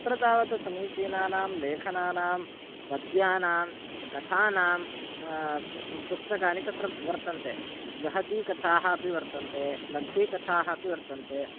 तत्र तावत् समीचीनानां लेखनानां पद्यानां कथानां पुस्तकानि तत्र वर्तन्ते बृहती कथाः अपि वर्तन्ते लघ्वी कथाः अपि वर्तन्ते